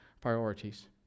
priorities